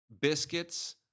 biscuits